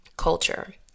culture